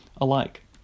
alike